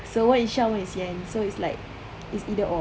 so one is sha one is yen so it's like it's either or